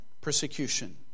persecution